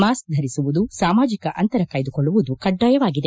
mask ಧರಿಸುವುದು ಸಾಮಾಜೆಕ ಅಂತರ ಕಾಯ್ದುಕೊಳ್ಳುವುದು ಕಡ್ಡಾಯವಾಗಿದೆ